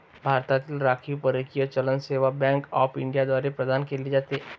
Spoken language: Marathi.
भारतातील राखीव परकीय चलन सेवा बँक ऑफ इंडिया द्वारे प्रदान केले जाते